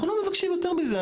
אנחנו לא מבקשים יותר מזה,